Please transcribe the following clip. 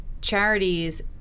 charities